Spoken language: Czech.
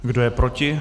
Kdo je proti?